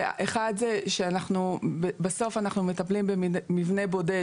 אחד זה שבסוף אנחנו מטפלים במבנה בודד